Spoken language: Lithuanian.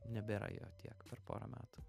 nebėra jo tiek per porą metų